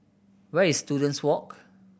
where is Students Walk